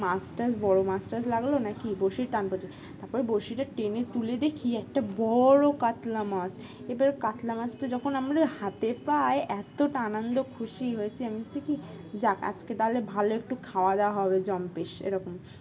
মাছটাছ বড় মাছটাছ লাগলো নাকি বঁড়শিতে টান পছে তারপর বঁড়শিটা টেনে তুলে দেখি একটা বড় কাতলা মাছ এবারে কাতলা মাছটা যখন আমরা হাতে পাই এতটা আনন্দ খুশি হয়েছি আমি বলছি কি যাক আজকে তাহলে ভালো একটু খাওয়া দাওয়া হবে জম্পেশ এরকম